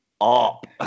up